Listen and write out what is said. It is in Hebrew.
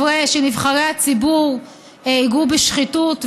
שנבחרי הציבור ייגעו בשחיתות,